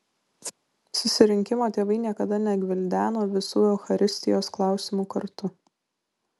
susirinkimo tėvai niekada negvildeno visų eucharistijos klausimų kartu